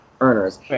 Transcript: earners